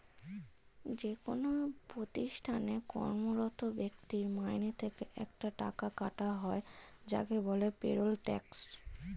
যেকোন প্রতিষ্ঠানে কর্মরত ব্যক্তির মাইনে থেকে একটা টাকা কাটা হয় যাকে বলে পেরোল ট্যাক্স